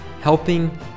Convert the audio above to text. helping